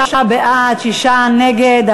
73 בעד, שישה נגד.